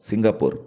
Singapore